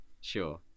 Sure